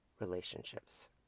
relationships